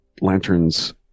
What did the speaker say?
lanterns